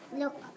look